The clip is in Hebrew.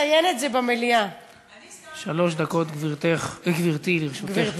שלוש דקות, גברתי, לרשותך.